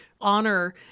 honor